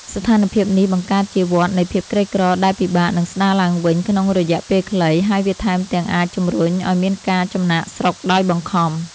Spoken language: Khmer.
ស្ថានភាពនេះបង្កើតជាវដ្តនៃភាពក្រីក្រដែលពិបាកនឹងស្តារឡើងវិញក្នុងរយៈពេលខ្លី ហើយវាថែមទាំងអាចជម្រុញឱ្យមានការចំណាកស្រុកដោយបង្ខំ។